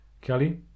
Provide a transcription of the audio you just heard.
Kelly